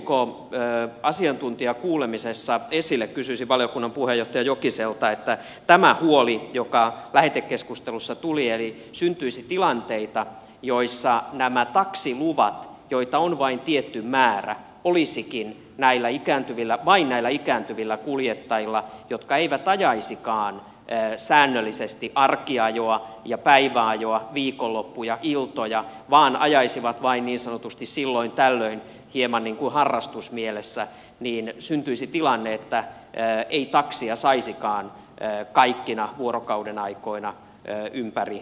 nousiko asiantuntijakuulemisessa esille kysyisin valiokunnan puheenjohtaja jokiselta tämä huoli joka lähetekeskustelussa tuli että syntyisi tilanteita joissa nämä taksiluvat joita on vain tietty määrä olisivatkin vain näillä ikääntyvillä kuljettajilla jotka eivät ajaisikaan säännöllisesti arkiajoa ja päiväajoa viikonloppuja iltoja vaan ajaisivat vain niin sanotusti silloin tällöin hieman niin kuin harrastusmielessä jolloin syntyisi tilanne että ei taksia saisikaan kaikkina vuorokaudenaikoina ympäri suomen